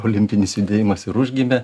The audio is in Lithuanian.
olimpinis judėjimas ir užgimė